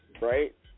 Right